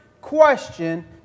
question